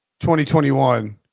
2021